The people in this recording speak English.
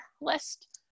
list